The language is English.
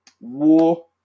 war